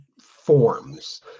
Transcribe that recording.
forms